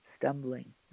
stumbling